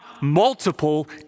multiple